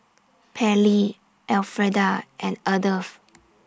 Pairlee Elfreda and Ardeth